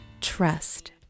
trust